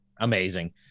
amazing